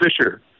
Fisher